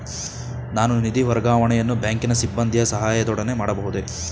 ನಾನು ನಿಧಿ ವರ್ಗಾವಣೆಯನ್ನು ಬ್ಯಾಂಕಿನ ಸಿಬ್ಬಂದಿಯ ಸಹಾಯದೊಡನೆ ಮಾಡಬಹುದೇ?